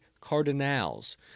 Cardinals